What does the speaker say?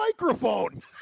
microphone